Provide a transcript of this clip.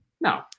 No